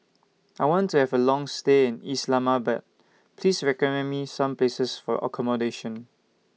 I want to Have A Long stay in Islamabad Please recommend Me Some Places For accommodation